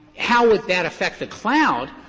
how would that affect the cloud?